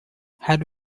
head